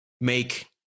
make